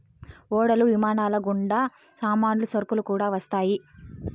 ఓడలు విమానాలు గుండా సామాన్లు సరుకులు కూడా వస్తాయి